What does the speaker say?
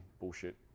bullshit